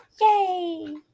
Yay